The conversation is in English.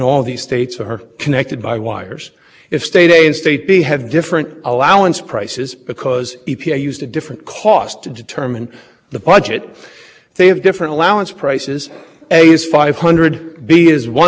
carry the day for women aiding the possibility that supply challenges which are necessarily i think inconsistent with uniformity because the as applied challenge means you're going to get out from under the uniform cost threshold that